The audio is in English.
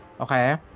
Okay